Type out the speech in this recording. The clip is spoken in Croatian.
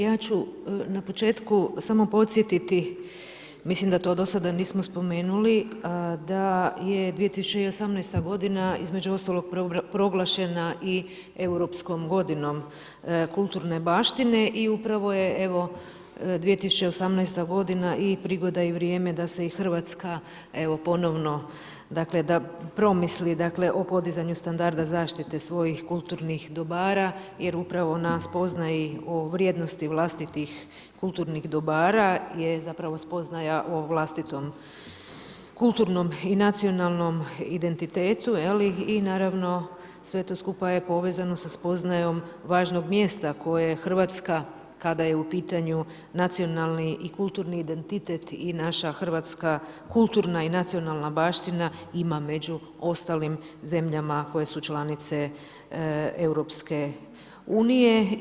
Ja ću na početku samo podsjetiti, mislim da to do sada nismo spomenuli da je 2018. g. između ostalog proglašena i europskom godinom kulturne baštine i upravo je evo, 2018. g. i prigoda i vrijeme da se i Hrvatska ponovno, dakle da promisli o podizanju standarda zaštite svojih kulturnih dobara jer upravo na spoznaji o vrijednosti vlastitih kulturnih dobara je zapravo spoznaja o vlastitom kulturnom i nacionalnom identitetu i naravno sve to skupa je povezano sa spoznajom važnog mjesta koje Hrvatska kada je u pitanju nacionalni i kulturni identitet i naša hrvatska kulturna i nacionalna baština, ima među ostalim zemljama koje su članice EU-a.